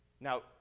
Now